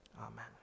Amen